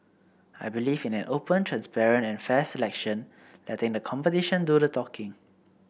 I believe in an open transparent and fair selection letting the competition do the talking